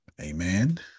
Amen